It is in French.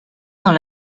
dans